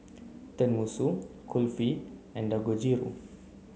Tenmusu Kulfi and Dangojiru